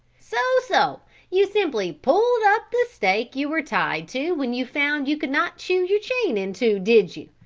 so, so you simply pulled up the stake you were tied to when you found you could not chew your chain in two, did you?